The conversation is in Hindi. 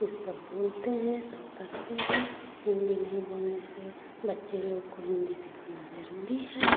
जो सब बोलते हैं सब करते हैं हिन्दी नहीं बोलने से बच्चे लोग को हिन्दी सिखाना ज़रूरी है